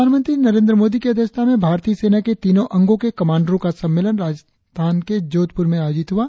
प्रधानमंत्री नरेंद्र मोदी की अध्यक्षता में भारतीय सेना के तीनों अंगों के कमांडरों का सम्मेलन राजस्थान में जोधप्र में आयोजित हुआ